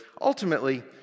ultimately